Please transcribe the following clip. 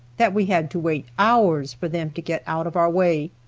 that we had to wait hours for them to get out of our way.